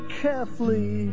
carefully